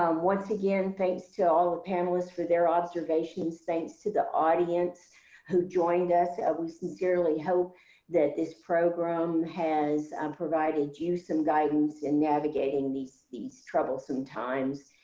um once again, thanks to all the panelists for their observations. thanks to the audience who joined us. we sincerely hope that this program has provided you some guidance in navigating these these troublesome times.